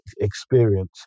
experience